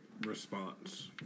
response